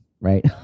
right